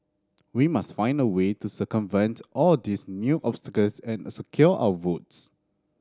we must find a way to circumvent all these new obstacles and secure our votes